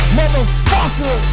motherfucker